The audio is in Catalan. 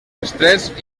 estrets